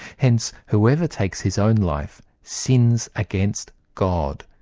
hence, whoever takes his own life, sins against god,